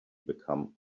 become